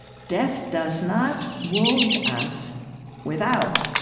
death does not wound us without,